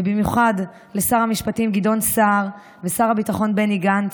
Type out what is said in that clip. ובמיוחד לשר המשפטים גדעון סער ושר הביטחון בני גנץ,